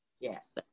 yes